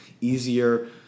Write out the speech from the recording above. easier